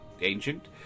ancient